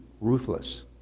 ruthless